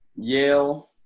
yale